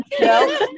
no